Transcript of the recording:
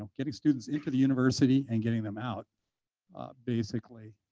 um getting students into the university and getting them out basically.